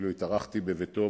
ואפילו התארחתי בביתו,